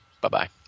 Bye-bye